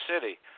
city